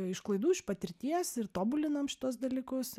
iš klaidų iš patirties ir tobulinam šituos dalykus